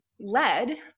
led